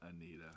Anita